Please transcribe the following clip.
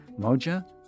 Moja